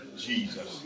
Jesus